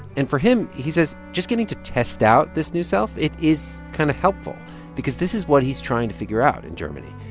and for him, he says just getting to test out this new self, it is kind of helpful because this is what he's trying to figure out in germany.